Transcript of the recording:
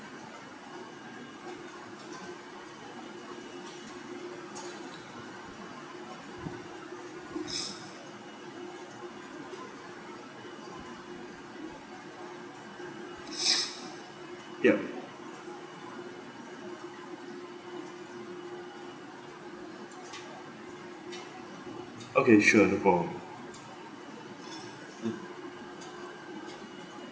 yup okay sure no problem